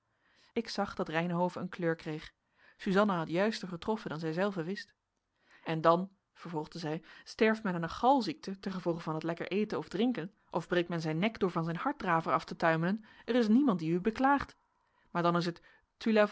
ik zag dat reynhove een kleur kreeg suzanna had juister getroffen dan zijzelve wist en dan vervolgde zij sterft men aan een galziekte tengevolge van het lekker eten of drinken of breekt men zijn nek door van zijn harddraver af te tuimelen er is niemand die u beklaagt maar dan is het